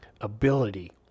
ability